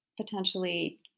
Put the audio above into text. potentially